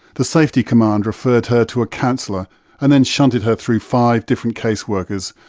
the safety command referred her to a counsellor and then shunted her through five different case workers,